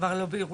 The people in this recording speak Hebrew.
כבר לא בירושלים.